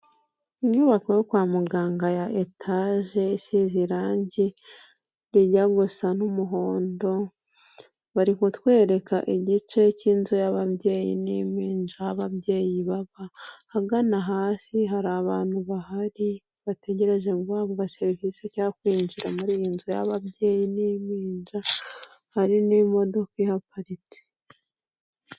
Inyubako yo kwa muganga ya etage isize irange rijya gusa n'umuhondo, bari kutwereka igice cy'inzu y'ababyeyi n'impinja, ababyeyi baba, ahagana hasi hari abantu bahari bategereje guhabwa serivisi cyangwa kwinjira muri iyi nzu y'ababyeyi n'impinja, hari n'imodoka ihaparitse.